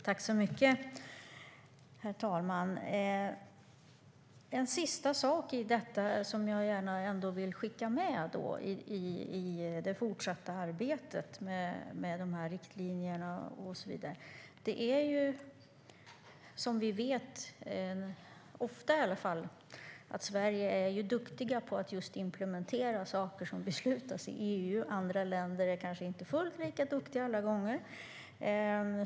Herr talman! En sista sak som jag gärna vill skicka med i det fortsatta arbetet med riktlinjerna och så vidare är att Sverige, som vi vet, ofta är duktigt på att implementera saker som beslutas i EU. Andra länder är kanske inte fullt lika duktiga alla gånger.